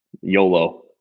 Yolo